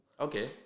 Okay